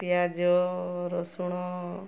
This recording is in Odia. ପିଆଜ ରସୁଣ